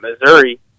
Missouri